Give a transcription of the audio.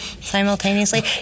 simultaneously